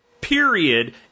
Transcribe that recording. period